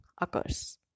occurs